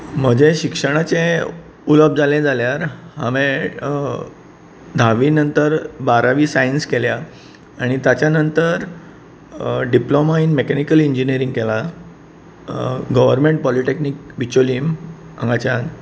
म्हजें शिक्षणाचें उलोवप जालें जाल्यार हावें धावी नंतर बारावी सायन्स केल्या आनी ताच्या नंतर डिप्लोमा इन मॅकनिकल इंजिनियरींग केलां गॉवर्नमेंट पॉलीटॅक्निक बिचोलीम हांगाच्या